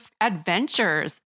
adventures